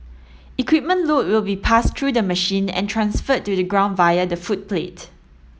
equipment load will be passed through the machine and transferred to the ground via the footplate